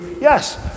yes